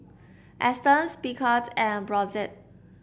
Astons Picard and Brotzeit